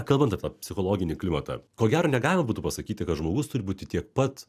kalbant apie psichologinį klimatą ko gero negalima būtų pasakyti kad žmogus turi būti tiek pat